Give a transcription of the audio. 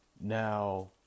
Now